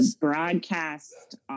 broadcast